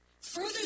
Further